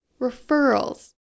referrals